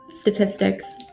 statistics